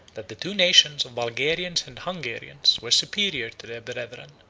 that the two nations of bulgarians and hungarians were superior to their brethren,